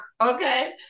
Okay